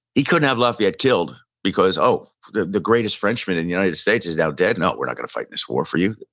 he couldn't have lafayette killed because, oh the the greatest frenchman in the united states is now dead? no, we're not going to fight this war for you.